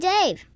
Dave